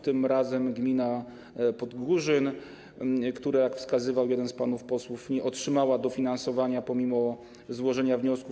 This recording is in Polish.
Tym razem gmina Podgórzyn, która - jak wskazywał jedne z panów posłów - nie otrzymała dofinansowania pomimo złożenia wniosków.